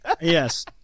Yes